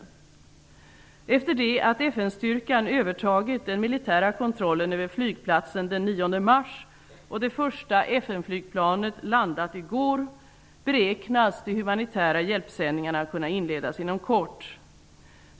Efter det att FN-styrkan övertagit den militära kontrollen över flygplatsen den 9 mars och det första FN-flygplanet landat i går beräknas de humanitära hjälpsändningarna kunna inledas inom kort.